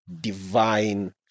divine